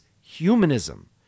humanism